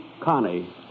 Connie